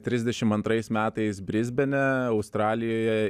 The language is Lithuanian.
trisdešimt antrais metais brisbene australijoje